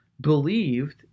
believed